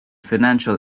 financial